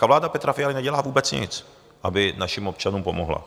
A vláda Petra Fialy nedělá vůbec nic, aby našim občanům pomohla.